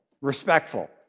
Respectful